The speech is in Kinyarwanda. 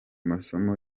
masomo